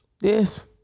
Yes